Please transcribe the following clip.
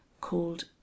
called